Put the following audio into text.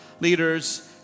leaders